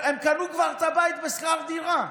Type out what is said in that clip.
הם כבר קנו את הבית בשכר דירה.